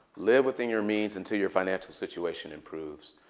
live within your means until your financial situation improves.